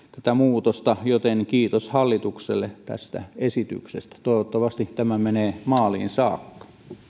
joten kiitos hallitukselle tästä esityksestä toivottavasti tämä menee maaliin saakka